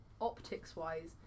optics-wise